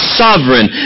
sovereign